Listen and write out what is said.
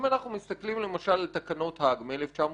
אם אנחנו מסתכלים למשל על תקנות האג מ-1907,